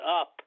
up